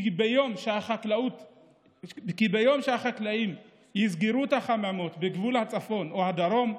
כי ביום שהחקלאים יסגרו את החממות בגבול הצפון או הדרום,